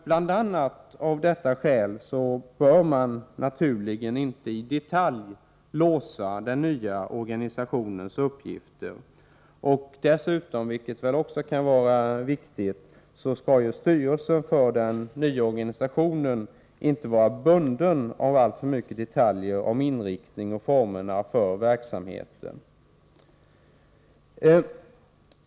Bl.a. av detta skäl bör vi inte i detalj låsa den nya organisationens uppgifter. Dessutom — vilket väl också kan vara viktigt — skall ju styrelsen för den nya organisationen inte vara bunden av alltför mycket detaljer som gäller inriktningen av och formerna för verksamheten.